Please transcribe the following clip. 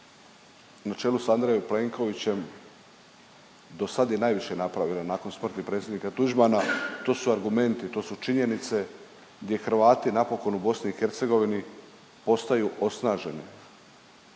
na čelu sa Andrejom Plenkovićem do sad je najviše napravila nakon smrti predsjednika Tuđmana. To su argumenti, to su činjenice, gdje Hrvati napokon u BiH postaju osnaženi